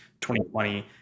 2020